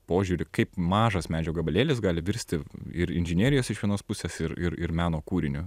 požiūrį kaip mažas medžio gabalėlis gali virsti ir inžinerijos iš vienos pusės ir ir ir meno kūriniu